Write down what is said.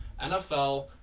NFL